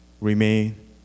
remain